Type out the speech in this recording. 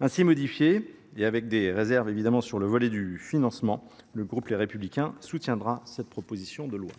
Ainsi modifié, et avec des réserves évidemment, sur le volet du financement, le groupe Les Républicains soutiendra cette proposition de loi.